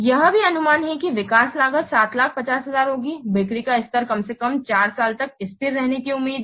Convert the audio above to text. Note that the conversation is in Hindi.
यह भी अनुमान है कि विकास लागत 750000 होगा बिक्री का स्तर कम से कम 4 साल तक स्थिर रहने की उम्मीद है